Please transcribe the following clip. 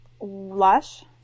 Lush